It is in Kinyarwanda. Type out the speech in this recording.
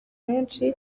menshi